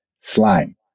slime